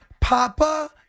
Papa